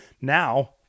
now